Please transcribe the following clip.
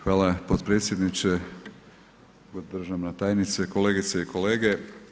Hvala potpredsjedniče, državna tajnice, kolegice i kolege.